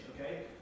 Okay